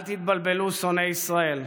אל תתבלבלו, שונאי ישראל: